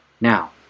Now